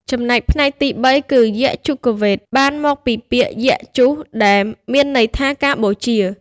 ចំណែកផ្នែកទី៣គឺ យជុវ៌េទ បានមកពីពាក្យ យជុស ដែលមានន័យថា ការបូជា។